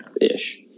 ish